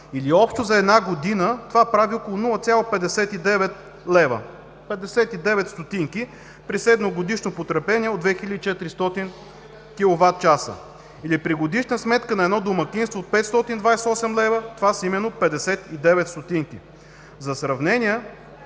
или общо за една година това прави около 0,59 лв. – 59 стотинки, при средногодишно потребление от 2400 киловатчаса. При годишна сметка на едно домакинство от 528 лв. това са именно 59 ст. За сравнение,